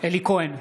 אלי כהן,